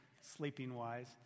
sleeping-wise